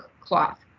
cloth